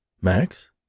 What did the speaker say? Max